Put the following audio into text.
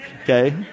okay